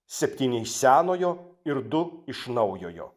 septyni iš senojo ir du iš naujojo